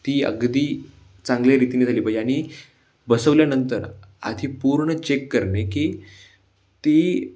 ती अगदी चांगल्या रीतीने झाली पाहिजे आणि बसवल्यानंतर आधी पूर्ण चेक करणे की ती